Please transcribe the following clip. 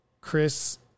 Chris